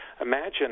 imagine